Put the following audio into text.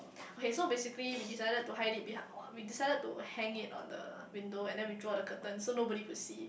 okay so basically we decided to hide it behind we decided to hang it on the window and then we draw the curtain so nobody could see